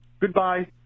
Goodbye